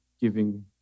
giving